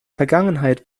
vergangenheit